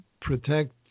protect